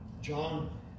John